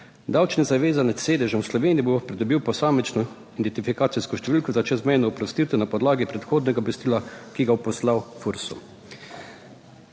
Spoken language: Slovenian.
Davčni zavezanec s sedežem v Sloveniji bo pridobil posamično identifikacijsko številko za čezmejno oprostitev na podlagi predhodnega obvestila, ki ga bo poslal Fursu.